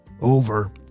Over